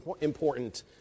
important